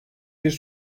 bir